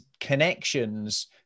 connections